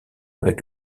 avec